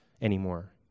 anymore